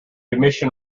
emission